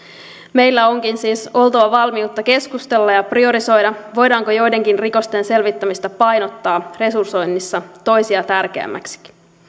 meillä onkin siis oltava valmiutta keskustella ja priorisoida voidaanko joidenkin rikosten selvittämistä painottaa resursoinnissa toisia tärkeämmäksi